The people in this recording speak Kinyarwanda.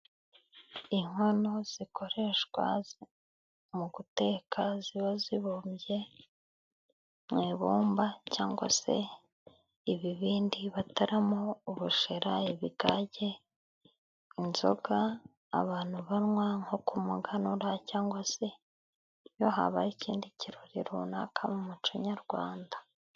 Inkono zikoreshwa mu guteka ziba zibumbye mu ibumba，cyangwag se ibibindi bataramo ubushera，ibigage，inzoga，abantu banywa nko ku muganura cyangwa se iyo habaye ikindi kirori runaka mu muco nyarwanda.